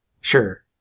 Sure